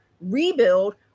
rebuild